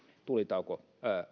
tulitauko